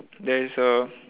there is a